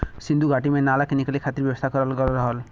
सिन्धु घाटी में नाला के निकले खातिर व्यवस्था करल गयल रहल